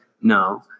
No